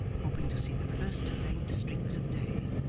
hoping to see the first faint streaks of day.